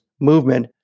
movement